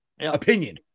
opinion